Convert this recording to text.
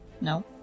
No